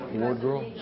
wardrobe